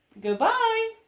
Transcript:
Goodbye